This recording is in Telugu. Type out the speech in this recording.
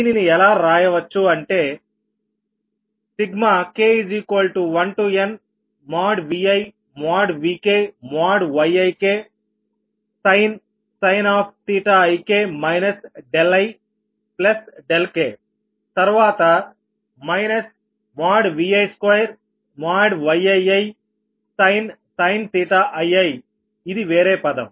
దీనిని ఎలా రాయవచ్చు అంటే k1nViVkYiksin ik ik తర్వాత మైనస్ Vi2Yiisin iiఇది వేరే పదం